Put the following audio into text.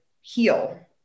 heal